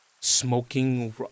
smoking